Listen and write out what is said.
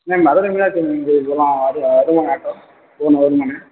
அண்ணே மதுரை மீனாட்சி அம்மன் கோயிலுக்குள்ளலாம் வரும் வருமாண்ணே ஆட்டோ வருமாண்ணே